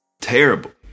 Terrible